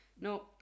No